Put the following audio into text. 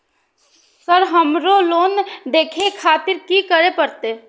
Sir हमरो loan देखें खातिर की करें परतें?